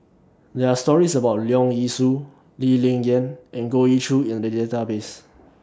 There Are stories about Leong Yee Soo Lee Ling Yen and Goh Ee Choo in The Database